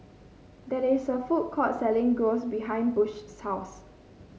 that is a food court selling Gyros behind Bush's house